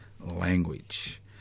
language